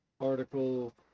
article